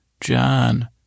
John